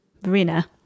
verena